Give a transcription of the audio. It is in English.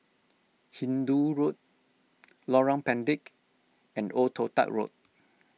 Hindoo Road Lorong Pendek and Old Toh Tuck Road